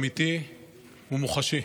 אמיתי ומוחשי.